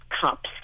cups